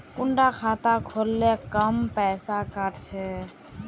कुंडा खाता खोल ले कम पैसा काट छे?